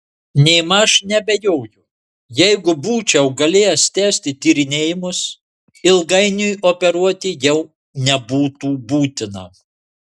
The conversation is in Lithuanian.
nėmaž neabejoju jeigu būčiau galėjęs tęsti tyrinėjimus ilgainiui operuoti jau nebūtų būtina